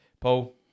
Paul